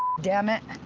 dammit.